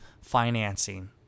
financing